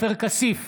עופר כסיף,